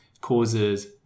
causes